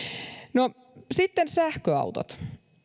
no sitten sähköautot